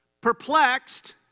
Perplexed